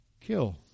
kill